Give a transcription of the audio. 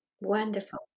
Wonderful